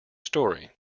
story